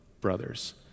brothers